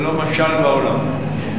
ללא משל בעולם.